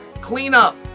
cleanup